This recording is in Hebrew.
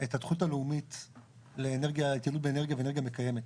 את התוכנית הלאומית להתייעלות באנרגיה ואנרגיה מקיימת,